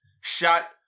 shot